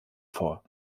vor